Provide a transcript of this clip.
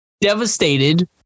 devastated